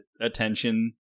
attention